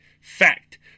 fact